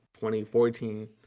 2014